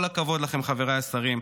כל הכבוד לכם, חבריי השרים.